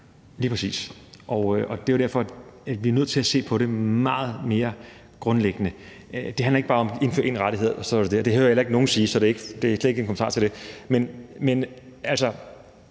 lige præcis, og det er jo derfor, vi er nødt til at se på det meget mere grundlæggende. Det handler ikke bare om at indføre én rettighed, og så var det det. Det hører jeg heller ikke nogen sige, så det er slet ikke en kommentar til det. Men altså,